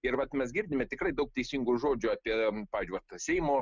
ir vat mes girdime tikrai daug teisingų žodžių apie pavyzdžiui vat seimo